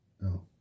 no